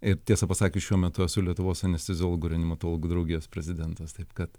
ir tiesą pasakius šiuo metu esu lietuvos anesteziologų reanimatologų draugijos prezidentas taip kad